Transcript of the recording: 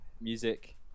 music